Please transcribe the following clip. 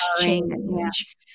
change